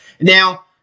Now